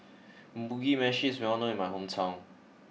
Mugi Meshi is well known in my hometown